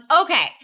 Okay